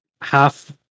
half